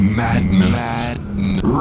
madness